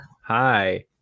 Hi